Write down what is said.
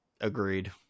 agreed